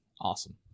Awesome